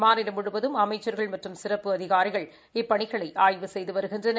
மாநிலம் முழுவதும் அமைச்சள்கள் மற்றும் சிறப்பு அதிகாரிகள் இப்பணிகளை ஆய்வு செய்து வருகின்றன்